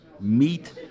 meet